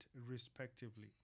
respectively